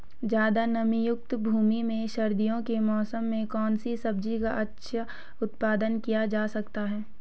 ज़्यादा नमीयुक्त भूमि में सर्दियों के मौसम में कौन सी सब्जी का अच्छा उत्पादन किया जा सकता है?